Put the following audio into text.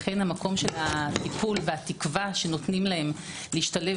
לכן המקום של הטיפול והתקווה שנותנים להם להשתלב